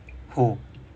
who